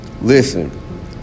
Listen